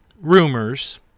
rumors